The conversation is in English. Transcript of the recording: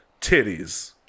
titties